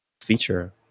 feature